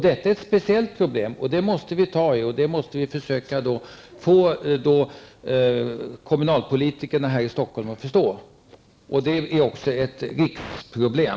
Detta är ett speciellt problem som vi måste ta itu med. Vi måste försöka få kommunalpolitikerna i Stockholm att förstå det här. Det rör sig också om ett riksproblem.